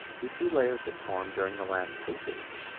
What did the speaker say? we see layers that formed during the last ice age.